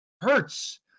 hurts